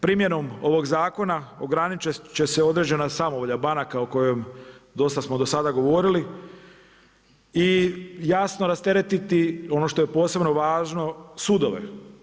Primjenom ovog zakona ograničit će se određena samovolja banaka o kojoj dosta smo do sada govorili i jasno rasteretiti ono što je posebno važno sudove.